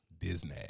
Disney